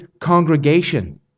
congregation